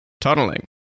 tunneling